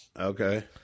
Okay